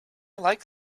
like